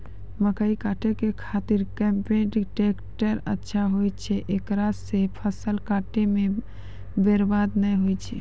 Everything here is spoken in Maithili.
मकई काटै के खातिर कम्पेन टेकटर अच्छा होय छै ऐकरा से फसल काटै मे बरवाद नैय होय छै?